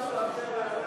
להצעת חוק הבאה: